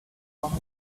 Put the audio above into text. flight